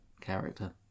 character